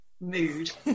mood